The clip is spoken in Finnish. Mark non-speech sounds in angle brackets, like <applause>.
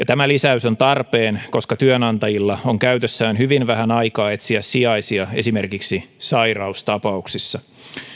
<unintelligible> tämä lisäys on tarpeen koska työnantajilla on käytössään hyvin vähän aikaa etsiä sijaisia esimerkiksi sairaustapauksissa